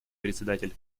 председатель